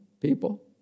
people